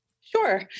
Sure